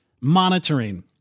monitoring